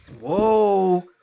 Whoa